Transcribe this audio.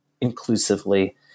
inclusively